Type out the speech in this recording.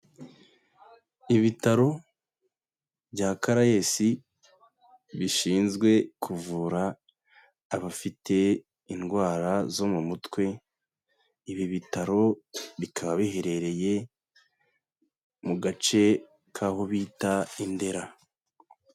Ibitaro bya CARAES bishinzwe kuvura abafite indwara zo mu mutwe, ibi bitaro bikaba biherereye mu gace k'aho bita i Ndera.